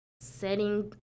setting